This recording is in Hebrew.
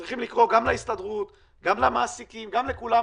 צריכים לקרוא גם להסתדרות, גם למעסיקים, לכולם.